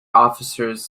officers